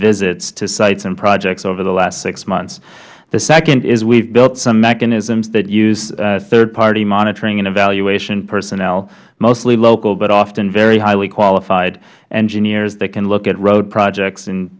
visits to the sites and projects over the last six months second we have built some mechanisms that use third party monitoring and evaluation personnel mostly local but often very highly qualified engineers that can look at road projects and